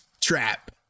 Trap